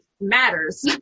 Matters